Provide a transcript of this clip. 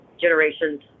generations